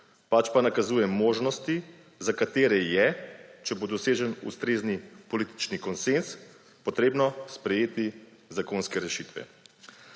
pač pa nakazuje možnosti, za katere je, če bo dosežen ustrezen politični konsenz, potrebno sprejeti zakonske rešitve.